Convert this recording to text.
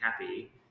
happy